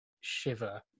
shiver